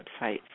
website